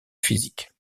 physique